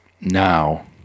now